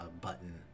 button